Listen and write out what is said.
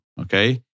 okay